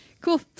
Cool